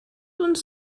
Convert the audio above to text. uns